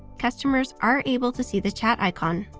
customers are able to see the chat icon.